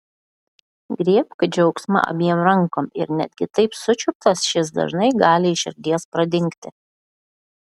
griebk džiaugsmą abiem rankom ir netgi taip sučiuptas šis dažnai gali iš širdies pradingti